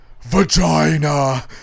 Vagina